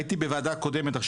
הייתי בוועדה קודמת,